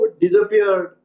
Disappeared